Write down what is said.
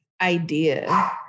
idea